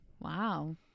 wow